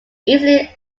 easily